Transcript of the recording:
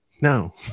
no